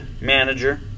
manager